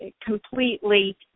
completely